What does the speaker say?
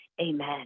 amen